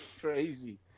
Crazy